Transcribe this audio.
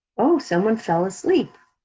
oh, someone fell asleep.